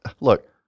look